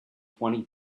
twenty